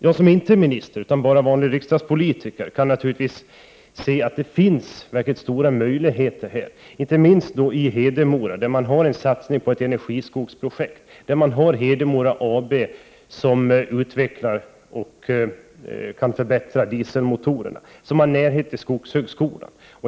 Jag som inte är minister utan bara vanlig riksdagspolitiker kan se att det finns verkligt stora möjligheter i detta sammanhang, inte minst i Hedemora, där det förekommer en satsning på ett energiskogsprojekt och där Hedemora AB arbetar med att utveckla och förbättra dieselmotorerna. Man har också nära till skogshögskolan.